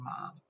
mom